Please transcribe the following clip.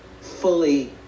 fully